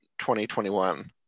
2021